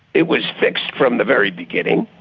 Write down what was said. it was fixed from the very beginning,